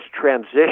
transition